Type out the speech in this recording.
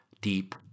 deep